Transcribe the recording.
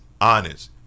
honest